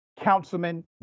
councilman